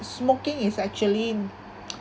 smoking is actually